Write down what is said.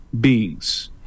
beings